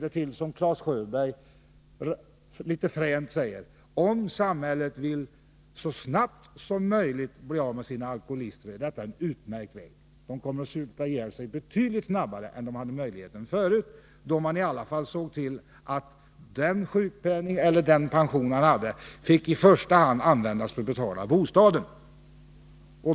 Som Claes Sjöberg litet fränt säger: Om samhället så snabbt som möjligt vill bli av med sina alkoholister är detta en utmärkt väg. De kommer nu att supa ihjäl sig betydligt snabbare än de haft möjlighet till förut, då man i alla fall såg till att den sjukpenning eller pension vederbörande hade i första hand användes till att betala bostaden.